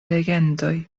legendoj